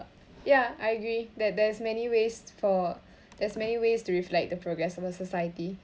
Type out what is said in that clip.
ya I agree th~ that there's many ways for there's many ways to reflect the progress of a society